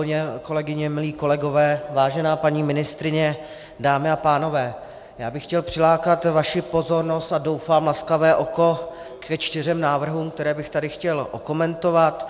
Milé kolegyně, milí kolegové, vážená paní ministryně, dámy a pánové, já bych chtěl přilákat vaši pozornost a doufám laskavé oko ke čtyřem návrhům, které bych tady chtěl okomentovat.